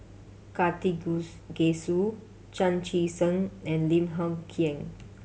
Chan Chee Seng and Lim Hng Kiang